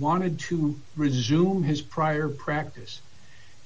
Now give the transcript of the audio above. wanted to resume his prior practice